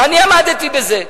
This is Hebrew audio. ואני עמדתי בזה,